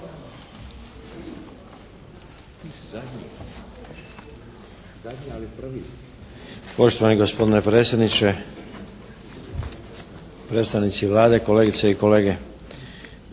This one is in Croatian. Poštovani gospodine predsjedniče, predstavnici Vlade, kolegice i kolege.